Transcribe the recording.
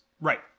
Right